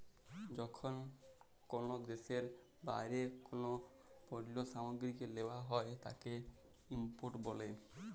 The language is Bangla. যখন কল দ্যাশের বাইরে কল পল্য সামগ্রীকে লেওয়া হ্যয় তাকে ইম্পোর্ট ব্যলে